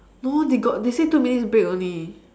no they got they say two minutes break only